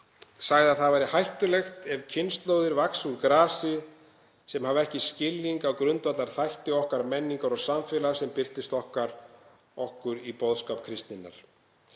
sagði að það væri hættulegt ef kynslóðir vaxi úr grasi sem hafa ekki skilning á grundvallarþætti okkar menningar og samfélags sem birtist okkur í boðskap kristninnar.